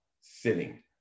Sitting